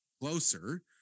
closer